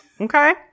okay